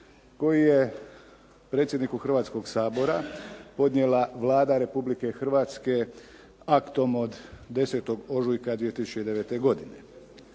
koji je predsjedniku Hrvatskog sabora podnijela Vlada Republike Hrvatske aktom od 10. ožujka 2009. godine.